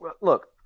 look